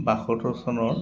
বাসত্তৰ চনৰ